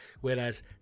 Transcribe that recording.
Whereas